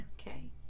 Okay